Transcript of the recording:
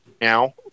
now